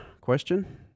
question